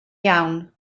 iawn